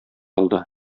алда